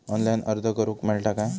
Online अर्ज करूक मेलता काय?